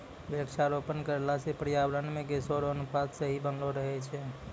वृक्षारोपण करला से पर्यावरण मे गैसो रो अनुपात सही बनलो रहै छै